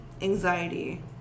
anxiety